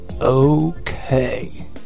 okay